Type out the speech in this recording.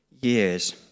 years